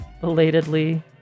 belatedly